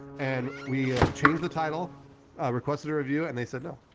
and we changed the title requested a review and they said no,